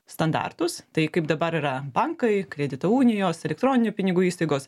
standartus tai kaip dabar yra bankai kredito unijos elektroninių pinigų įstaigos